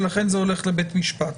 ולכן זה הולך לבית משפט.